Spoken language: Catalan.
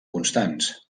constants